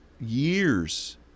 years